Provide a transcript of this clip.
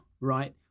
right